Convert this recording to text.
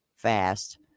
fast